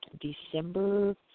December